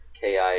KI